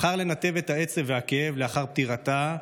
בחר לנתב את העצב והכאב לאחר פטירתה,